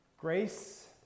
Grace